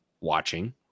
watching